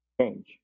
change